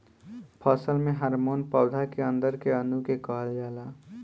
फसल में हॉर्मोन पौधा के अंदर के अणु के कहल जाला